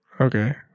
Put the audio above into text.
Okay